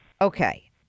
okay